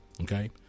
Okay